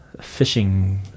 fishing